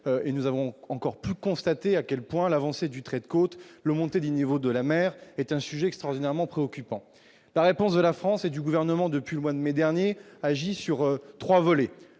et nous avons encore pu constater à quel point l'avancée du trait de côte, le montée du niveau de la mer est un sujet extraordinairement préoccupant : la réponse de la France et du gouvernement depuis le mois de mai dernier, agit sur 3 volets